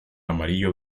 amarillo